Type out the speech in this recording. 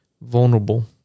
vulnerable